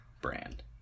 brand